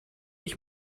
ich